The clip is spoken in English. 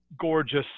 gorgeous